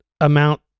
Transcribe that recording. amount